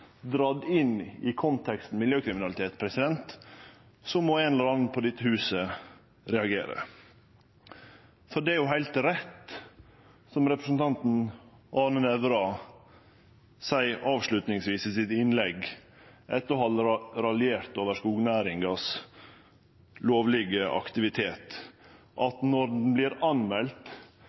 drege inn i konteksten miljøkriminalitet, må ein eller annan på dette huset reagere. For det er jo heilt rett, som representanten Arne Nævra seier avslutningsvis i innlegget sitt, etter å ha raljert over den lovlege aktiviteten i skognæringa, at når